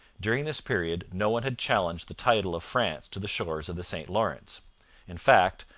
during this period no one had challenged the title of france to the shores of the st lawrence in fact,